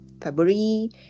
February